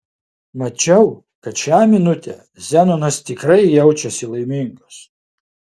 mačiau kad šią minutę zenonas tikrai jaučiasi laimingas